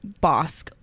boss